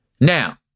Now